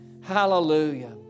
Hallelujah